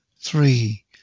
three